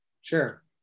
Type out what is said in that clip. Sure